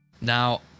Now